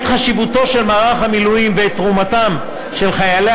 את חשיבותו של מערך המילואים ואת תרומתם של חיילי